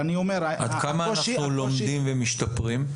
עד כמה אנחנו לומדים ומשתפרים?